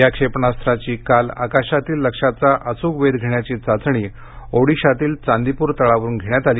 या क्षेपणास्त्राची आज आकाशातील लक्ष्याचा अचूक वेध घेण्याची चाचणी ओडिशातील चांदीपूर तळावरून घेण्यात आली